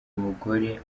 mugore